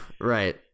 right